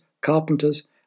carpenters